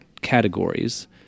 categories